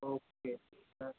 okay हां